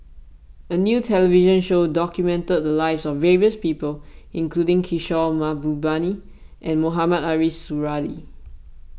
A new television show documented the lives of various people including Kishore Mahbubani and Mohamed Ariff Suradi